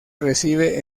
recibe